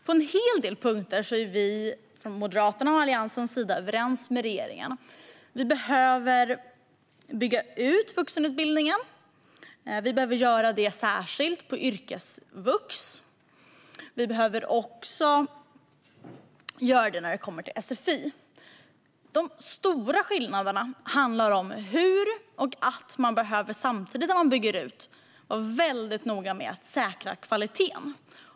På en hel del punkter är vi i Moderaterna och Alliansen överens med regeringen. Vi behöver bygga ut vuxenutbildningen, särskilt på yrkesvux. Vi behöver också göra detta när det gäller sfi. De stora skillnaderna handlar om hur och om att man samtidigt som man bygger ut behöver vara noga med att säkra kvaliteten.